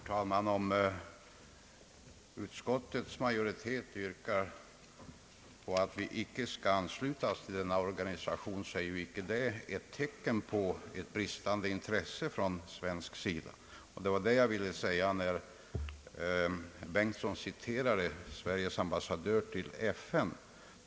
Herr talman! Om utskottets majoritet yrkar på att vi inte skall ansluta oss till denna organisation utgör det inte något tecken på bristande intresse från svensk sida. Det var detta jag ville säga när herr Bengtson citerade Sveriges ambassadör i FN.